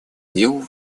дел